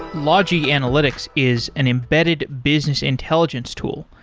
logi analytics is an embedded business intelligence tool.